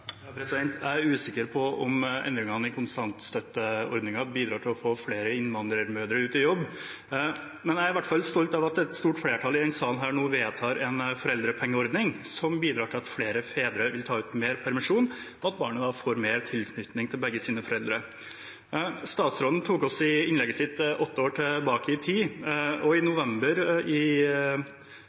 Jeg er usikker på om endringene i kontantstøtteordningen bidrar til å få flere innvandrermødre ut i jobb. Men jeg er i hvert fall stolt av at et stort flertall i denne salen nå vedtar en foreldrepengeordning som bidrar til at flere fedre vil ta ut mer permisjon, og at barna får mer tilknytning til begge sine foreldre. Statsråden tok oss i innlegget sitt åtte år tilbake i tid. I november i